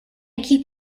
keep